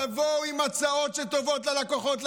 תבואו עם הצעות שטובות ללקוחות,